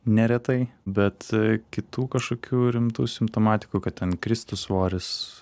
neretai bet kitų kažkokių rimtų simptomatikų kad ten kristų svoris